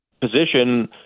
position